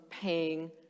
paying